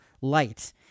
light